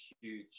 huge-